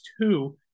two